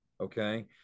Okay